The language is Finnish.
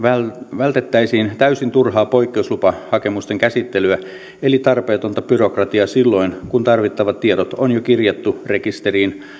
vältettäisiin täysin turhaa poikkeuslupahakemusten käsittelyä eli tarpeetonta byrokratiaa silloin kun tarvittavat tiedot on jo kirjattu rekisteriin